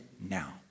now